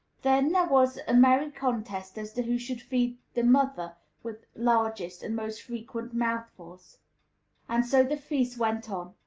then there was a merry contest as to who should feed the mother with largest and most frequent mouthfuls and so the feast went on.